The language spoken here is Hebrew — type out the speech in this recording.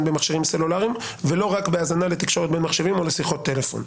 במכשירים סלולאריים ולא רק בהאזנה לתקשורת בין מחשבים או לשיחות טלפון.